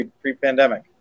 pre-pandemic